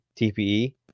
TPE